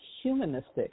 humanistic